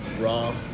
raw